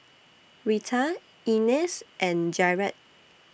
Rita Ines and Jarett